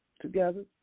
together